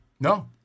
No